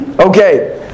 Okay